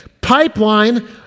pipeline